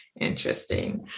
interesting